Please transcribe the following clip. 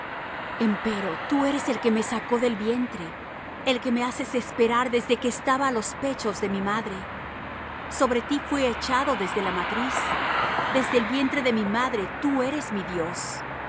complacía empero tú eres el que me sacó del vientre el que me haces esperar desde que estaba á los pechos de mi madre sobre ti fuí echado desde la matriz desde el vientre de mi madre tú eres mi dios